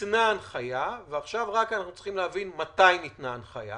ניתנה הנחיה ועכשיו אנחנו רק צריכים להבין מתי ניתנה הנחיה?